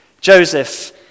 Joseph